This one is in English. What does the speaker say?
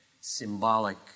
symbolic